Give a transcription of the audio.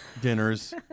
dinners